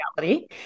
reality